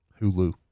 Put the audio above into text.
Hulu